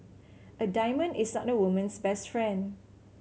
a diamond is not a woman's best friend